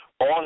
on